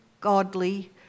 godly